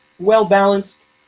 well-balanced